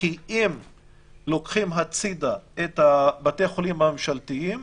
כי אם לוקחים הצידה את בתי החולים הממשלתיים,